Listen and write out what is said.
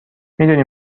میدونی